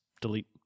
Delete